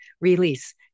release